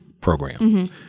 program